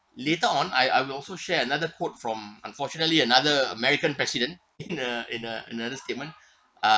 later on I I will also share another quote from unfortunately another american president in a in a another statement uh